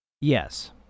Yes